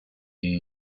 you